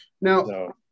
Now